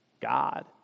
God